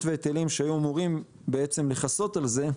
והיטלים שהיו אמורים בעצם לכסות על זה,